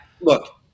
look